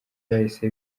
bahise